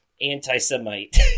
anti-Semite